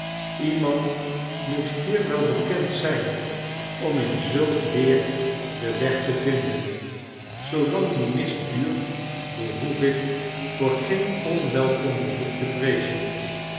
iemand moet hier wel bekend zijn om in zulk weer den weg te vinden zoolang die mist duurt behoef ik voor geen onwelkom bezoek te vreezen